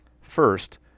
First